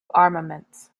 armaments